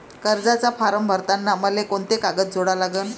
कर्जाचा फारम भरताना मले कोंते कागद जोडा लागन?